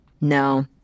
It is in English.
No